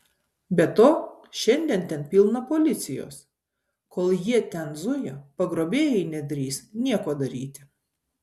be to šiandien ten pilna policijos kol jie ten zuja pagrobėjai nedrįs nieko daryti